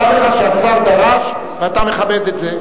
דע לך שהשר דרש, ואתה מכבד את זה.